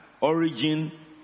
origin